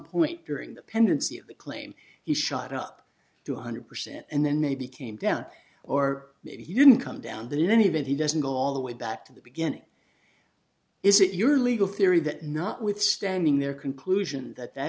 point during the pendency of the claim he shot up to one hundred percent and then maybe came down or maybe he didn't come down that in any event he doesn't go all the way back to the beginning is it your legal theory that notwithstanding their conclusion that